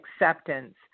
acceptance